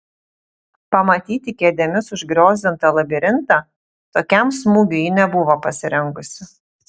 pamatyti kėdėmis užgriozdintą labirintą tokiam smūgiui ji nebuvo pasirengusi